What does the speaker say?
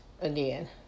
again